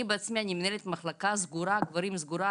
אני בעצמי מנהלת מחלקת גברים סגורה,